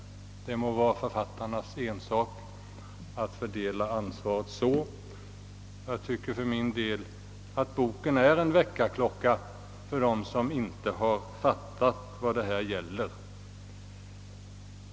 Det må vara författarnas ensak att fördela ansvaret så. Jag tycker för min del att boken är en väckarklocka för dem som inte har fattat vilka brister i samhället det här gäller.